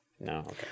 No